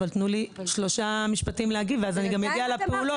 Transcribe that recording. תנו לי שלושה משפטים לתגובה ואגיע אז גם לפעולות.